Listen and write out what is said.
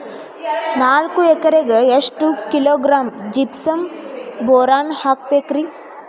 ನಾಲ್ಕು ಎಕರೆಕ್ಕ ಎಷ್ಟು ಕಿಲೋಗ್ರಾಂ ಜಿಪ್ಸಮ್ ಬೋರಾನ್ ಹಾಕಬೇಕು ರಿ?